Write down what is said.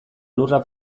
lurra